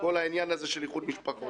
כל העניין הזה של איחוד משפחות,